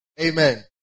Amen